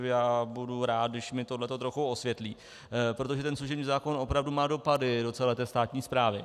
Já budu rád, když mi tohle trochu osvětlí, protože služební zákon opravdu má dopady do celé té státní správy.